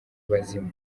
bazima